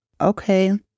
Okay